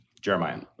Jeremiah